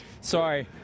sorry